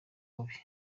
bubi